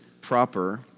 proper